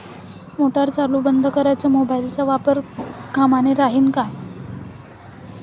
Motor चालू बंद कराच मोबाईलचा वापर कामाचा राहीन का?